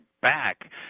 back